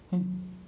mm